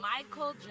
Michael